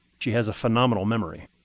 she has a phenomenal memory.